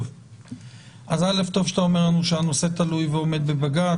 טוב שאתה אומר שהנושא תלוי ועומד בבג"ץ.